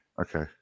Okay